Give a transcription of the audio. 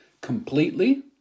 completely